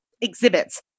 exhibits